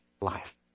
life